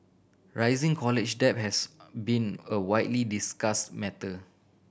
rising college debt has been a widely discuss matter